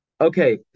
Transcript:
Okay